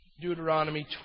Deuteronomy